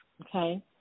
Okay